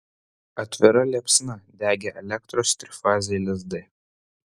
atvira liepsna degė elektros trifaziai lizdai